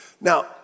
Now